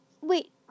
Wait